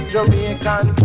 Jamaican